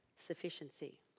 sufficiency